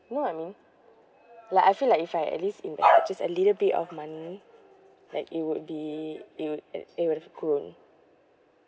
you know what I mean like I feel like if I at least invest just a little bit of money like it would be it would it would have grown